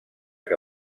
que